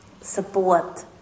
support